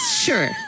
Sure